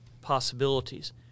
possibilities